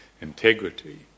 integrity